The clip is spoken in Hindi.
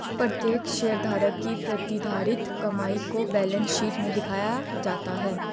प्रत्येक शेयरधारक की प्रतिधारित कमाई को बैलेंस शीट में दिखाया जाता है